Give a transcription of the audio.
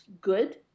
good